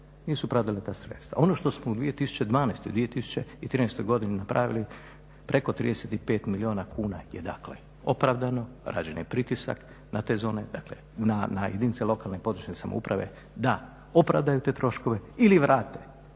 nisu pravdale ta sredstva. Ono što smo u 2012., 2013.godini napravili preko 35 milijuna kuna je opravdano, rađen je pritisak na te zone dakle na jedinice lokalne i područne samouprave da opravdaju te troškove ili vrate